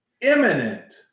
imminent